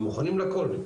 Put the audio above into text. הם מוכנים לכול,